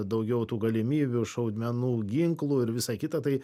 daugiau tų galimybių šaudmenų ginklų ir visai kita tai